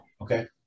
Okay